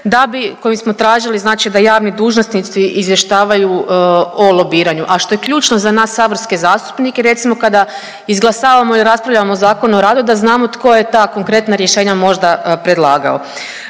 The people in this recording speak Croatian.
da bi koji smo tražili znači da javni dužnosnici izvještavaju o lobiranju a što je ključno za nas saborske zastupnike recimo kada izglasavamo i raspravljamo o Zakonu o radu da znamo tko je ta konkretna rješenja možda predlagao.